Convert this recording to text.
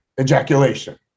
ejaculation